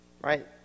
right